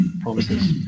promises